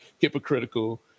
hypocritical